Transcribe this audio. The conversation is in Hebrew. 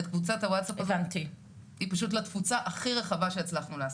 הקבוצה היא פשוט לתפוצה הכי רחבה שהצלחנו להשיג.